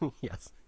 Yes